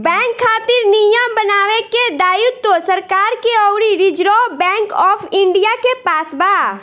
bank खातिर नियम बनावे के दायित्व सरकार के अउरी रिजर्व बैंक ऑफ इंडिया के पास बा